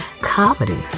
comedy